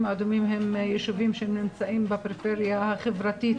האדומים הם יישובים שנמצאים בפריפריה החברתית